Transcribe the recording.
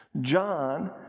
John